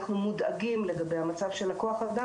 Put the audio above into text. אנחנו מודאגים לגבי המצב של הכוח אדם,